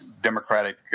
Democratic